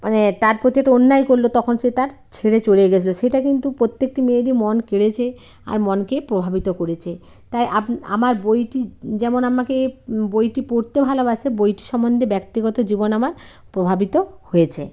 মানে তার প্রতি একটা অন্যায় করলো তখন সে তার ছেড়ে চলে গেছিলো সেটা কিন্তু প্রত্যকেটি মেয়েরই মন কেড়েছে আর মনকে প্রভাবিত করেছে তাই আপ আমার বইটি যেমন আমাকে বইটি পড়তে ভালোবাসে বইটি সম্বন্ধে ব্যক্তিগত জীবন আমার প্রভাবিত হয়েছে